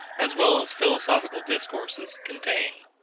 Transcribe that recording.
as well as philosophical discourses, contain?